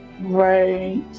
right